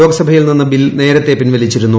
ലോക്സഭയിൽ നിന്ന് ബിൽ നേരത്തെ പിൻവലിച്ചിരുന്നു